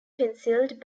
penciled